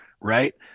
right